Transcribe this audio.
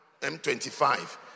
M25